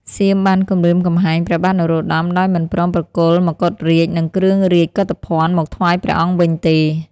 សៀមបានគំរាមកំហែងព្រះបាទនរោត្តម ដោយមិនព្រមប្រគល់មកុដរាជ្យ និងគ្រឿងរាជកកុធភណ្ឌមកថ្វាយព្រះអង្គវិញទេ។